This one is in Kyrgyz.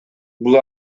бул